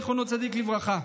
זכר צדיק לברכה,